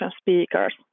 speakers